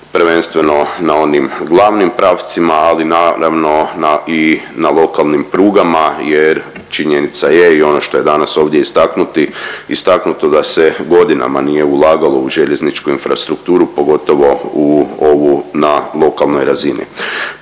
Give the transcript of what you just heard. prvenstveno na onim glavnim pravcima, ali naravno i na lokalnim prugama, jer činjenica je i ono što je danas ovdje istaknuto da se godinama nije ulagalo u željezničku infrastrukturu pogotovo u ovu na lokalnoj razini.